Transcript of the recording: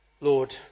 Lord